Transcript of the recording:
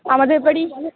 আমাদের বাড়ি